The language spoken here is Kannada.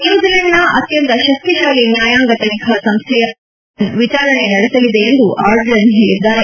ನ್ನೂಜಿಲೆಂಡ್ನ ಅತ್ಯಂತ ಶಕ್ತಿಶಾಲಿ ನ್ನಾಯಾಂಗ ತನಿಖಾ ಸಂಸ್ಥೆಯಾದ ರಾಯಲ್ ಕಮೀಷನ್ ವಿಚಾರಣೆ ನಡೆಸಲಿದೆ ಎಂದು ಅರ್ಡೆನ್ ಹೇಳಿದ್ದಾರೆ